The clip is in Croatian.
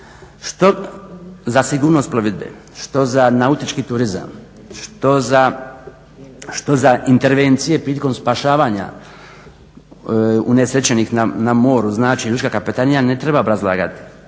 Što za sigurnost plovidbe, što za nautički turizam, što za intervencije prilikom spašavanja unesrećenih na moru znači lučka kapetanija ne treba obrazlagati.